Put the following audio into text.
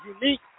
unique